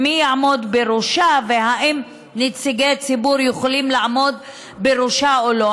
מי יעמוד בראשה ואם נציגי ציבור יכולים לעמוד בראשה או לא.